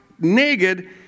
naked